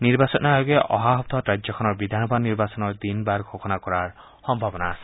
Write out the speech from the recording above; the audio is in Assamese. নিৰ্বাচন আয়োগে অহা সপ্তাহত ৰাজ্যখনৰ বিধানসভা নিৰ্বাচনৰ দিন বাৰ ঘোষণা কৰাৰ সম্ভাৱনা আছে